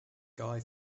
guy